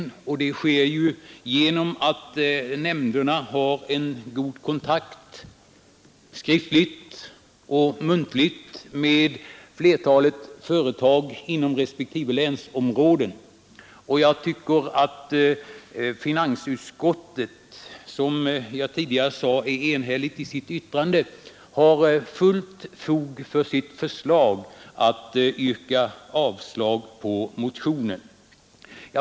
De Onsdagen den bygger på att nämnderna har en god kontakt, skriftligt och muntligt, med 15 november 1972 flertalet företag inom respektive länsområden. Jag tycker att finansutskottet, vilket som jag tidigare sade är enhälligt i sitt yttrande, har fullt fog för att yrka avslag på motionen.